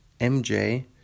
MJ